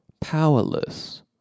powerless